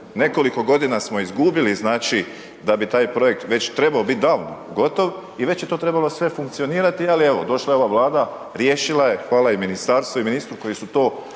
nekoliko godina smo izgubili znači da bi taj projekt već trebao biti davno gotov i već je to trebalo sve funkcionirati, al evo došla je ova Vlada, riješila je, hvala i ministarstvu i ministru koji su to